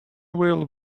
will